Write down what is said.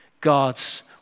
God's